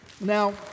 Now